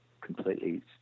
completely